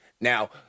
Now